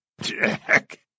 Jack